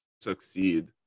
succeed